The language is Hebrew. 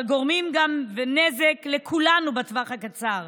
אבל גורמים גם נזק לכולנו בטווח הקצר,